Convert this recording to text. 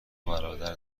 برادر